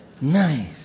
Nice